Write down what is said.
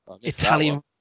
Italian